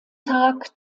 tag